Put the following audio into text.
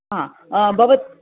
हा भवतु